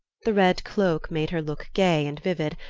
the red cloak made her look gay and vivid,